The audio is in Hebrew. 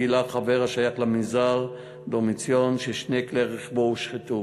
גילה חבר השייך למנזר "דורמיציון" ששני כלי רכבו הושחתו.